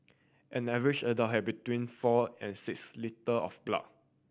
an average adult has between four and six litre of blood